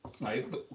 right